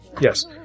yes